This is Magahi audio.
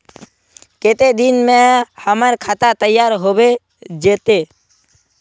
केते दिन में हमर खाता तैयार होबे जते?